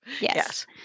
Yes